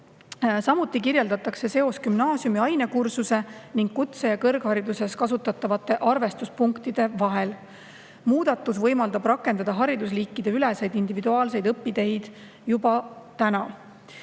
Samuti kirjeldatakse seost gümnaasiumi ainekursuses ning kutse- ja kõrghariduses kasutatavate arvestuspunktide vahel. Muudatus võimaldab rakendada haridusliikideüleseid individuaalseid õpiteid juba